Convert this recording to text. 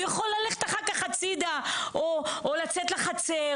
הוא יכול ללכת אחר כך הצדה או לצאת לחצר,